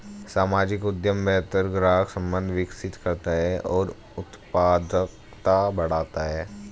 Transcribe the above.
सामाजिक उद्यम बेहतर ग्राहक संबंध विकसित करता है और उत्पादकता बढ़ाता है